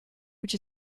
which